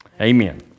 amen